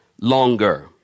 longer